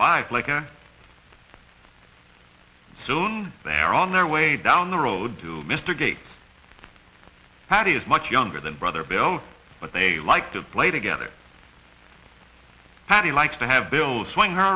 laika soon they're on their way down the road to mr gates that is much younger than brother bill but they like to play together patty likes to have bill swing her